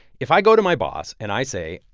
if i go to my boss and i say,